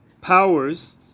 Powers